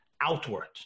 outward